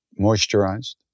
moisturized